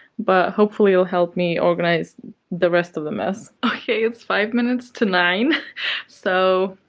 but hopefully it'll help me organize the rest of the mess. okay, it's five minutes to nine so,